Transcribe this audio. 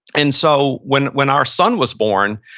and so, when when our son was born,